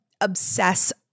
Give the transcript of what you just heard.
obsess